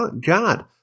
God